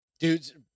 Dudes